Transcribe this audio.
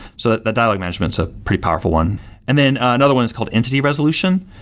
so the dialog management is a pretty powerful one and then another one is called entity resolution.